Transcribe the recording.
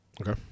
Okay